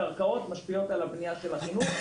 הקרקעות משפיעות על הבנייה של החינוך.